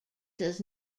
does